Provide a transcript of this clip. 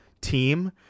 team